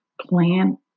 plan